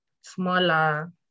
smaller